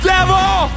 Devil